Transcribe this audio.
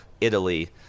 Italy